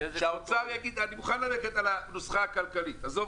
אני מוכן ללכת על הנוסחה הכלכלית עזוב